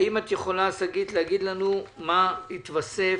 האם את יכולה להגיד לנו מה התווסף,